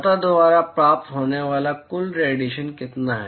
सतह द्वारा प्राप्त होने वाला कुल रेडिएशन कितना है